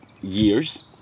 years